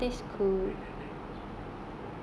oh my god then that time right I was so proud ah